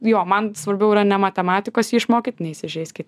jo man svarbiau yra ne matematikos jį išmokyt neįsižeiskit